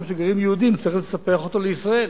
שגרים בו יהודים צריך לספח אותו לישראל.